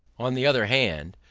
on the other hand,